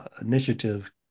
initiative